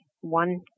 one